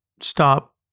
stop